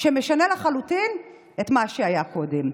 שמשנה לחלוטין את מה שהיה קודם.